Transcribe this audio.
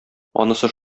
анысы